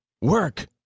work